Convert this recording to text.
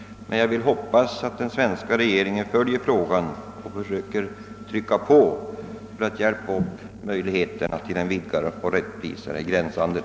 Men jag vill hoppas att den svenska regeringen följer frågan och försöker öva påtryckningar för att hjälpa upp möjligheterna till en vidgad och rättvisare gränshandel.